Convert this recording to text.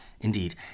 Indeed